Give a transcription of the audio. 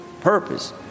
purpose